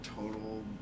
total